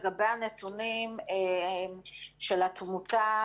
לגבי הנתונים של התמותה,